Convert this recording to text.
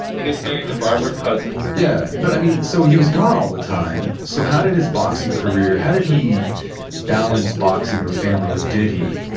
he gets married to barbara cousins yeah. but so he was gone all the time, so how did his boxing career, how did he balance boxing or family, or did he?